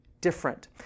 different